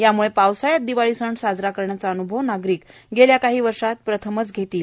त्याम्ळे पावसाळ्यात दिवाळी सण साजरा करण्याचा अनुभव नागरिक गेल्या काही वर्षात प्रथमच घेत आहेत